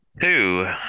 two